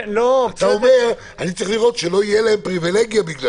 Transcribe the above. אתה אומר שצריך לראות שלא תהיה להם פריבילגיה בגלל זה,